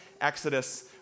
Exodus